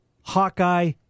Hawkeye